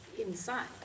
inside